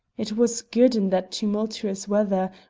it was good in that tumultuous weather,